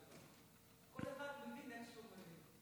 כל אחד מבין איך שהוא מבין.